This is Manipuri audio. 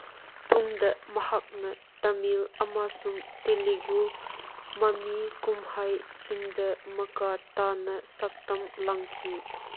ꯇꯨꯡꯗ ꯃꯍꯥꯛꯅ ꯇꯃꯤꯜ ꯑꯃꯁꯨꯡ ꯇꯤꯂꯤꯒꯨ ꯃꯃꯤ ꯀꯨꯝꯍꯩꯁꯤꯡꯗ ꯃꯈꯥ ꯇꯥꯅ ꯁꯛꯇꯝ ꯂꯥꯡꯈꯤ